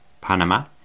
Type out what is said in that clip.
Panama